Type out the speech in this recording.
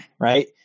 right